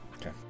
Okay